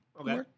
Okay